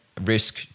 risk